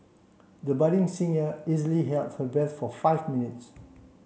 the budding easily held her breath for five minutes